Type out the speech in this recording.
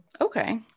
Okay